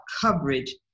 coverage